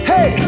Hey